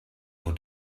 your